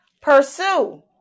Pursue